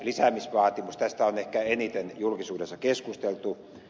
tästä on ehkä eniten julkisuudessa keskusteltu